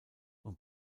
und